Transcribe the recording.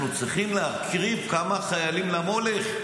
אנחנו צריכים להקריב כמה חיילים למולך.